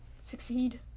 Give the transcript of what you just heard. succeed